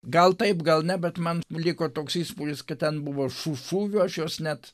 gal taip gal ne bet man liko toks įspūdis kad ten buvo šū šūvių aš jos net